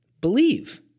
believe